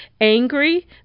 Angry